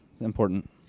Important